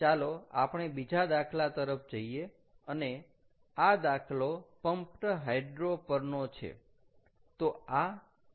ચાલો આપણે બીજા દાખલા તરફ જઈએ અને આ દાખલો પમ્પ્ડ હાઈડ્રો પરનો છે